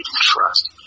trust